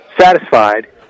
satisfied